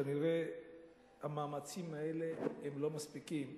כנראה המאמצים האלה לא מספיקים.